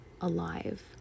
alive